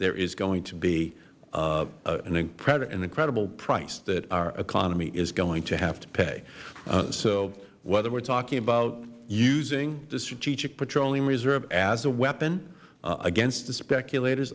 there is going to be an incredible price that our economy is going to have to pay so whether we are talking about using the strategic petroleum reserve as a weapon against the speculator